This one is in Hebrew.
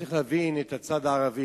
צריך להבין את הצד הערבי,